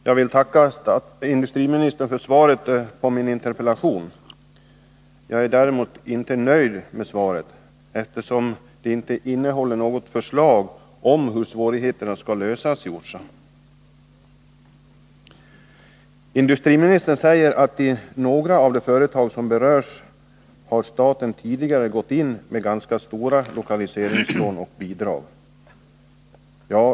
Herr talman! Jag vill tacka industriministern för svaret på min interpellation. Jag är däremot inte nöjd med svaret, eftersom det inte innehåller något förslag till lösning av svårigheterna i Orsa. Industriministern säger att i några av de företag som berörs har staten tidigare gått in med ganska stora lokaliseringslån och bidrag.